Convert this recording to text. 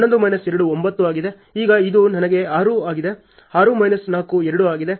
ಈಗ ಇದು ನನಗೆ 6 ಆಗಿದೆ 6 ಮೈನಸ್ 4 2 ಆಗಿದೆ